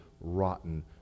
rotten